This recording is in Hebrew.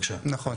נכון,